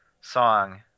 song